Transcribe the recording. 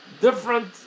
different